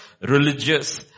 religious